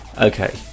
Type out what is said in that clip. Okay